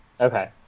Okay